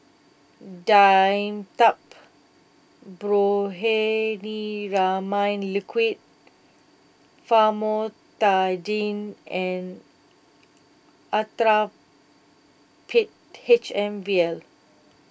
Dimetapp Brompheniramine Liquid Famotidine and Actrapid H M vial